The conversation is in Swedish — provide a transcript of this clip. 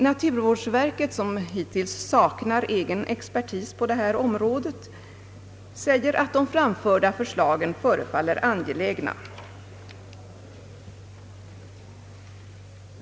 Naturvårdsverket, som hittills saknat egen expertis på detta område, säger att de framförda förslagen förefaller angelägna.